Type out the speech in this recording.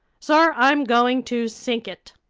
sir, i'm going to sink it.